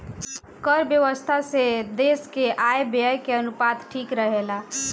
कर व्यवस्था से देस के आय व्यय के अनुपात ठीक रहेला